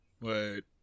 wait